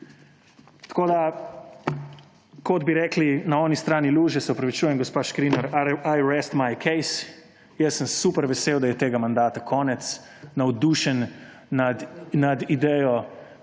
Tako kot bi rekli na tisti strani luže − se opravičujem, gospa Škrinjar − »I've rest my case«, jaz sem super vesel, da je tega mandata konec, navdušen nad idejo,